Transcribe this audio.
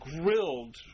grilled